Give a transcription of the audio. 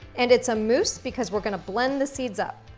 and it's a mousse because we're gonna blend the seeds up.